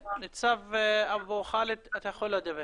נכון, הפנייה לבנקים וכל אלה שנותנים את הדברים